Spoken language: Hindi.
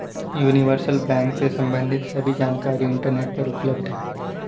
यूनिवर्सल बैंक से सम्बंधित सभी जानकारी इंटरनेट पर उपलब्ध है